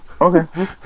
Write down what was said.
Okay